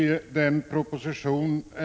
Herr talman!